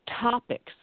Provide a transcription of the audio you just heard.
topics